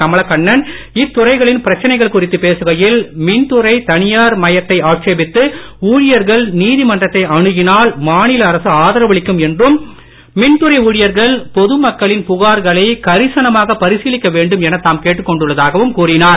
கமலக்கண்ணன் இத்துறைகளின் பிரச்சனைகள் குறித்து பேசுகையில் மின்துறை தனியார் மயத்தை ஆட்சேபித்து ஊழியர்கள் நீதிமன்றத்தை அணுகினால் மாநில அரசு ஆதரவளிக்கும் என்றும் மின்துறை ஊழியர்கள் பொதுமக்களின் புகார்களை கரிசனமாக பரிசீலிக்க வேண்டும் என தாம் கேட்டுக் கொண்டுள்ளதாகவும் கூறினார்